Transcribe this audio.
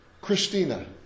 Christina